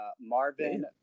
Marvin